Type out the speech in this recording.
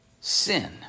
sin